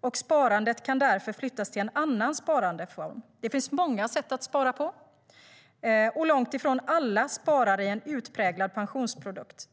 och sparandet kan därför flyttas till annan sparandeform. Det finns många sätt att spara på, och långt ifrån alla sparar i en utpräglad pensionsprodukt.